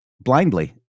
blindly